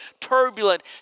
turbulent